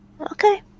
Okay